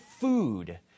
food